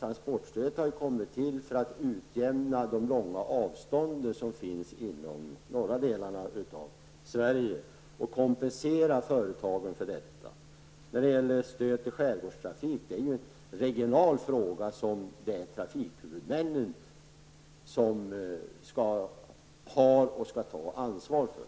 Transportstödet har kommit till för att utjämna de långa avstånden inom de norra delarna av Sverige och kompensera företagen för deras ökade kostnader. Stödet till skärgårdstrafiken är en regional fråga, som vägtrafikhuvudmännen skall ha ansvaret för.